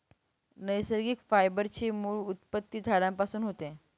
नैसर्गिक फायबर ची मूळ उत्पत्ती झाडांपासून होते